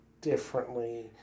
differently